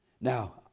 Now